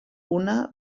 una